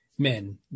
Men